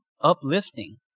uplifting